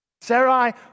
Sarai